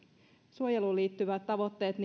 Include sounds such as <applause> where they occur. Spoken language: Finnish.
suojeluun liittyvät tavoitteet <unintelligible>